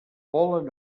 volen